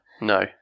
No